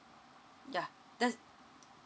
ya that